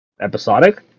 episodic